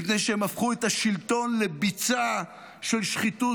מפני שהם הפכו את השלטון לביצה של שחיתות,